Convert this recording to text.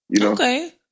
Okay